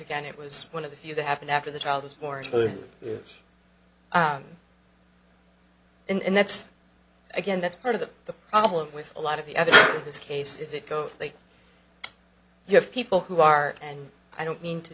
again it was one of the few that happened after the child was born and that's again that's part of the problem with a lot of the other this case is it goes you have people who are and i don't mean to